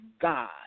God